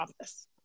office